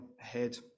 ahead